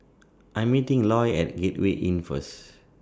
I Am meeting Eloy At Gateway Inn First